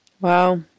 Wow